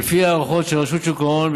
ולפי הערכות של רשות שוק ההון,